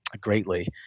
greatly